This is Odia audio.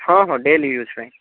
ହଁ ହଁ ଡେଲି ୟ୍ୟୁଜ୍ ପାଇଁ